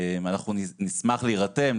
אנחנו נשמח להירתם,